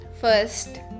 First